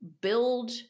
build